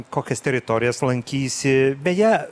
kokias teritorijas lankysi beje